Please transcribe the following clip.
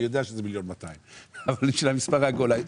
אני יודע שזה 1,200,000. אבל בשביל המספר העגול.